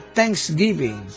thanksgiving